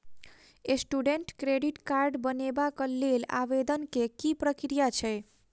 Student credit card बनेबाक लेल आवेदन केँ की प्रक्रिया छै?